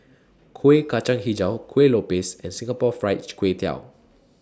Kueh Kacang Hijau Kuih Lopes and Singapore Fried Kway Tiao